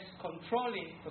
controlling